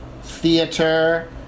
Theater